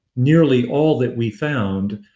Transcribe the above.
nearly all that we found,